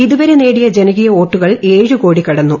ഇതുവരെ നേടിയ ജനകീയ വോട്ടുകൾ ഏഴ് കോടി കടന്നു